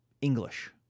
English